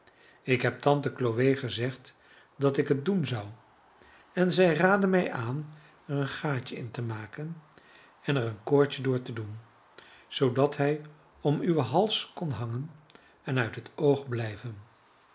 ik heb tante chloe gezegd dat ik het doen zou en zij raadde mij aan er een gaatje in te maken en er een koordje door te doen zoodat hij om uwen hals kon hangen en uit het oog blijven